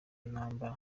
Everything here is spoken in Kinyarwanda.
ntambara